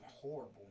horrible